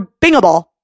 Bingable